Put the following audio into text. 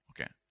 Okay